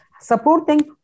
Supporting